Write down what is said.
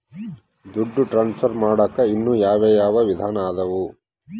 ದುಡ್ಡು ಟ್ರಾನ್ಸ್ಫರ್ ಮಾಡಾಕ ಇನ್ನೂ ಯಾವ ಯಾವ ವಿಧಾನ ಅದವು?